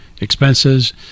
expenses